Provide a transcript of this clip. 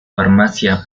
farmacia